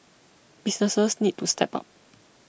businesses need to step up